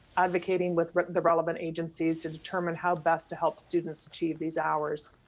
advocating with the relevant agencies to determine how best to help students achieve these hours.